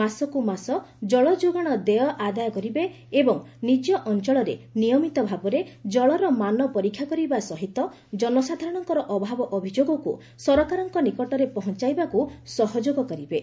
ମାସକୁ ମାସ ଜଳ ଯୋଗାଣ ଦେୟ ଆଦାୟ କରିବେ ଏବଂ ନିଜ ଅଞ୍ଞଳରେ ନିୟମିତ ଭାବରେ ଜଳର ମାନ ପରୀକ୍ଷା କରିବା ସହିତ ଜନସାଧାରଶଙ୍କର ଅଭାବ ଅଭିଯୋଗକୁ ସରକାରଙ୍କ ନିକଯରେ ପହଞାଇବାକୁ ସହଯୋଗ କରିବେ